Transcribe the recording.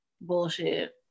Bullshit